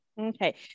Okay